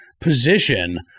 position